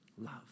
love